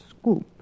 scoop